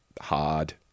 hard